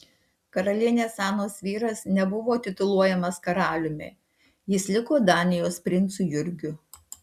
karalienės anos vyras nebuvo tituluojamas karaliumi jis liko danijos princu jurgiu